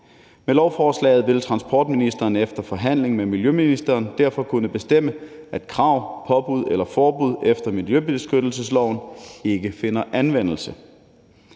Med lovforslaget vil transportministeren efter forhandling med miljøministeren derfor kunne bestemme, at krav, påbud eller forbud efter miljøbeskyttelsesloven ikke finder anvendelse.